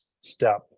step